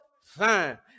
Fine